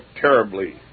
terribly